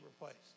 replaced